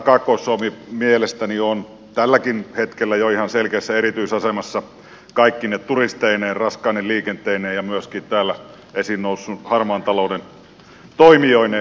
kaakkois suomi mielestäni on tälläkin hetkellä jo ihan selkeässä erityisasemassa kaikkine turisteineen raskaine liikenteineen ja myöskin täällä esiin nousseen harmaan talouden toimijoineen